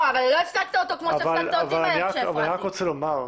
אבל אני רק רוצה לומר,